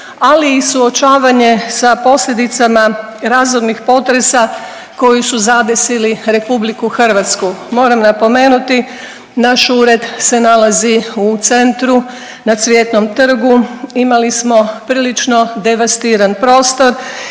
ali i suočavanje sa posljedicama razornih potresa koji su zadesili RH. Moram napomenuti naš ured se nalazi u centru na Cvjetnom trgu, imali smo prilično devastiran prostor